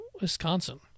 Wisconsin